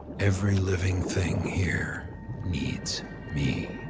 every living thing here needs me.